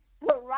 right